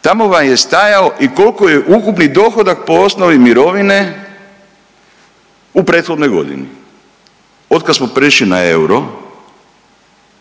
tamo vam je stajao i kolko je ukupni dohodak po osnovi mirovine u prethodnoj godini, otkad smo prešli na euro